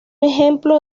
ejemplo